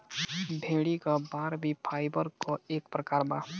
भेड़ी क बार भी फाइबर क एक प्रकार बा